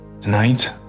Tonight